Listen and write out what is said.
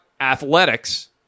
athletics